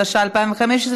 התשע"ה 2015,